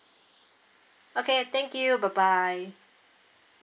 okay thank you bye bye